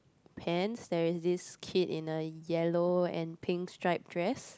pants there is this kid in the yellow and pink striped dress